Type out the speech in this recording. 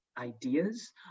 ideas